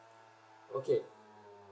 okay